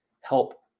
help